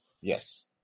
Yes